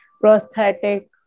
prosthetic